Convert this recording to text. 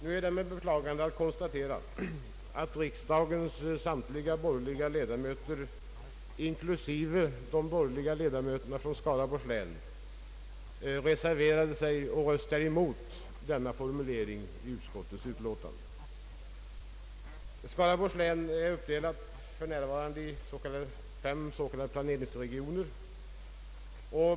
Det är dock med beklagande jag konstaterar att riksdagens samtliga borgerliga ledamöter, inklusive de borgerliga ledamöterna från Skaraborgs län, röstade emot denna formulering i bankoutskottets utlåtande. Skaraborgs län är för närvarande uppdelat i fem s.k. planeringsregioner.